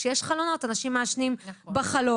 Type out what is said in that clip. כשיש חלונות, אנשים מעשנים בחלון.